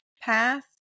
path